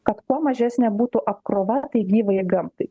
kad kuo mažesnė būtų apkrova tai gyvajai gamtai